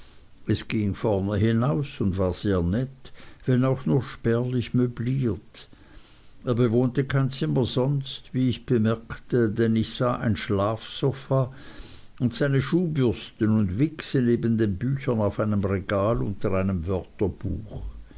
es ging vorne hinaus und war sehr nett wenn auch nur spärlich möbliert er bewohnte kein zimmer sonst wie ich bemerkte denn ich sah ein schlafsofa und seine schuhbürsten und wichse neben den büchern auf einem regal unter einem wörterbuch